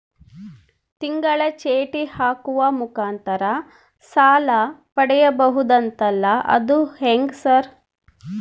ತಿಂಗಳ ಚೇಟಿ ಹಾಕುವ ಮುಖಾಂತರ ಸಾಲ ಪಡಿಬಹುದಂತಲ ಅದು ಹೆಂಗ ಸರ್?